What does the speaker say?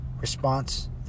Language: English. response